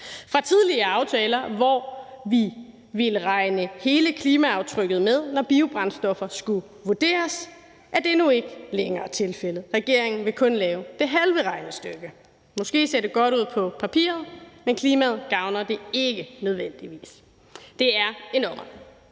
i tidligere aftaler ville regne hele klimaaftrykket med, når biobrændstoffer skulle vurderes, er det nu ikke længere tilfældet. Regeringen vil kun lave det halve regnestykke. Måske ser det godt ud på papiret, men klimaet gavner det ikke nødvendigvis. Det er en ommer.